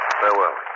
farewell